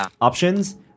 options